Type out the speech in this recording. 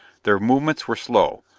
their movements were slow,